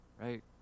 Right